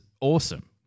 awesome